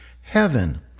heaven